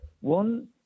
one